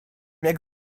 jak